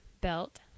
belt